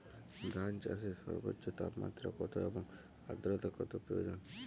ধান চাষে সর্বোচ্চ তাপমাত্রা কত এবং আর্দ্রতা কত প্রয়োজন?